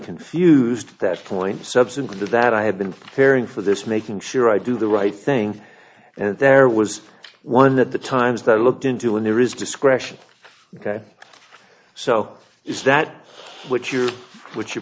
confused that point subsequent to that i had been hearing for this making sure i do the right thing and there was one that the times that i looked into when there is discretion ok so is that what you're what you're